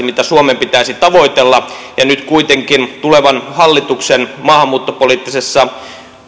mitä suomen pitäisi tavoitella ja nyt kuitenkin tulevan hallituksen maahanmuuttopoliittisessa